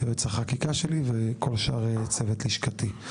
יועץ החקיקה שלי וכל שאר צוות לשכתי,